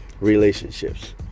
relationships